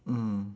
mm